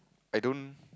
I don't